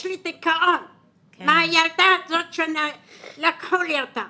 יש לי דיכאון מהילדה הזאת שלקחו לי אותה.